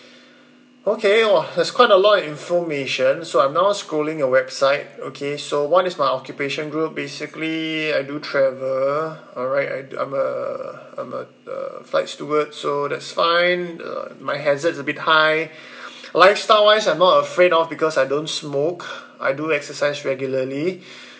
okay !wah! that's quite a lot of information so I'm now scrolling your website okay so what is my occupation group basically I do travel alright I'd I'm a I'm a a flight steward so that's fine uh my hazard's bit high lifestyle wise I'm not afraid of because I don't smoke I do exercise regularly